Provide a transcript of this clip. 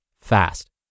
fast